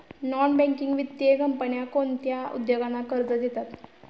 Non banking वित्तीय कंपन्या कोणत्या उद्योगांना कर्ज देतात?